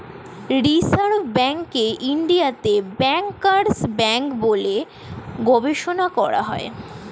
reserve ব্যাঙ্ককে ইন্ডিয়াতে bankers bank বলে ঘোষণা করা হয়